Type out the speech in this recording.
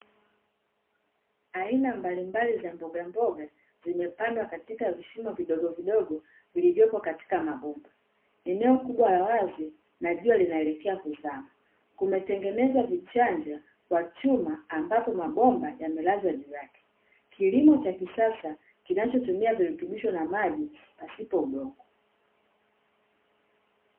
Aina mbalimbali za mbogamboga zimepandwa katika vishimo vidogo vidogo vilivyopo katika mabomba. Eneo kubwa la wazi na jua linaelekea kuzama, kumetengenezwa vichanja kwa chuma ambapo mabomba yamelazwa juu yake. Kilimo cha kisasa kinachotumia virutubisho na maji pasipo udongo.